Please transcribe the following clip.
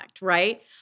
right